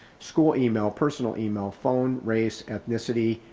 school email, personal email, phone, race, ethnicity,